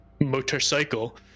motorcycle